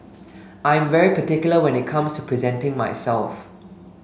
I am very particular when it comes to presenting myself